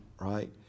right